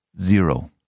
Zero